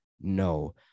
no